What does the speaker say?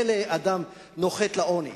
מילא אדם נוחת לעוני,